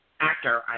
actor